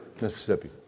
Mississippi